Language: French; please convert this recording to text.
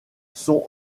sont